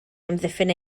amddiffyn